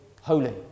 holy